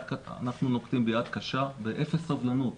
אנחנו נוקטים ביד קשה, באפס סובלנות.